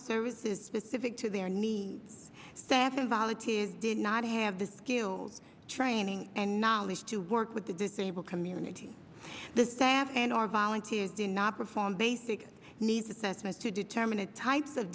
services specific to their needs staff and volunteers did not have the skills training and knowledge to work with the disabled munity the staff and our volunteers did not perform basic needs assessment to determine the type of